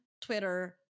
Twitter